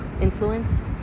influence